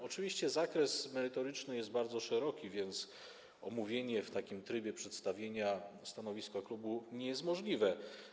Oczywiście zakres merytoryczny jest bardzo szeroki, więc omówienie tego w takim trybie, jakim jest przedstawienie stanowiska klubu, nie jest możliwe.